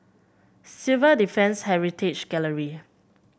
Civil Defence Heritage Gallery